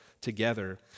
together